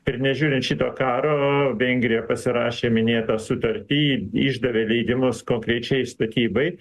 ir nežiūrint šito karo vengrija pasirašė minėtą sutartį išdavė leidimus konkrečiai statybai